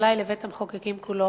אולי לבית-המחוקקים כולו,